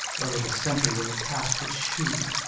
over the centry will he cast his shoe.